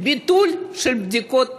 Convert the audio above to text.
ביטול של בדיקות תלות.